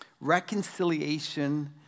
Reconciliation